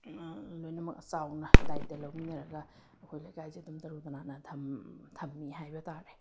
ꯂꯣꯏꯅꯃꯛ ꯆꯥꯎꯅ ꯗꯥꯏꯇ ꯂꯧꯃꯤꯟꯅꯔꯒ ꯑꯩꯈꯣꯏ ꯂꯩꯀꯥꯏꯁꯦ ꯑꯗꯨꯝ ꯇꯔꯨ ꯇꯅꯥꯟꯅ ꯊꯝꯃꯤ ꯍꯥꯏꯕ ꯇꯥꯔꯦ